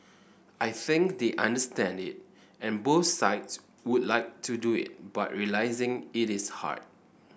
I think they understand it and both sides would like to do it but realising it is hard